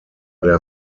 der